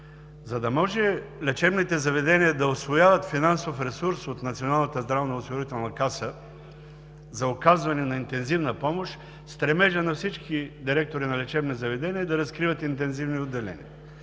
За да може лечебните заведения да усвояват финансов ресурс от Националната здравноосигурителна каса за оказване на интензивна помощ, стремежът на всички директори на лечебни заведения е да разкриват интензивни отделения.